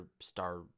Star